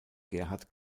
gerhard